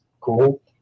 cool